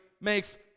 makes